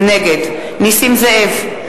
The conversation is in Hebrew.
נגד נסים זאב,